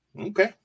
Okay